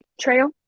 trail